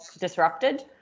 disrupted